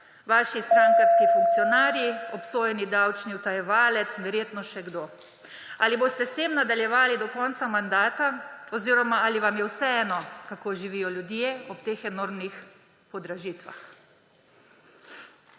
vaši strankarski funkcionarji, obsojeni davčni utajevalec, verjetno še kdo. Ali boste s tem nadaljevali do konca mandata oziroma ali vam je vseeno, kako živijo ljudje ob teh enormnih podražitvah?